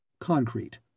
concrete